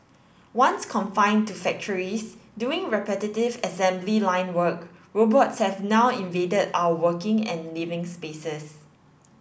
once confined to factories doing repetitive assembly line work robots have now invaded our working and living spaces